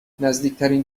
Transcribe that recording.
نزدیکترین